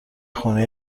خونه